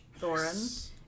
Thorin